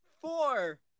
four